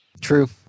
True